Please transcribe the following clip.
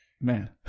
man